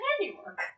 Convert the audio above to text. handiwork